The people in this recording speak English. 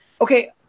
Okay